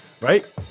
right